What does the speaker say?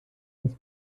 das